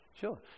Sure